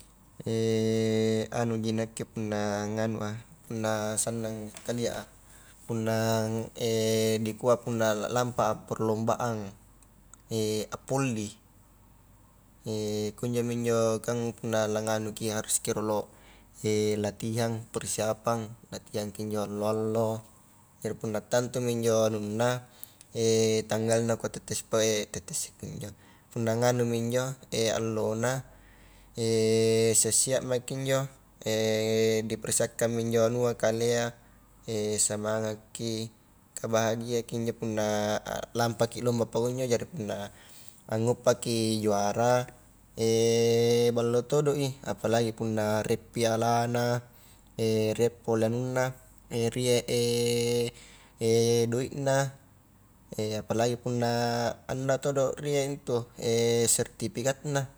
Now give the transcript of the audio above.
anuji nakke punna nganu a, punna sannang kalia a, punna dikua punna la lampa a perlombaang, a volli, kunjomi injo kan punna langanuki haruski rolo latihang, persiapang, latihangki injo allo-allo, jari punna tantumi injo anunna tanggalna kua tette si tette sikunjo punna nganumi injo allona sia'-sia' mki injo, dipersiapkanmi injo anua kalea, semangatki, ka bahagiaki injo punna a lampaki lomba pakunjo jari punna anguppaki juara ballo todoi, apalagi punna rie pialana rie pole anunna rie doikna, apalagi punna anunna todo rie intu sertifikatna